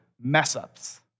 mess-ups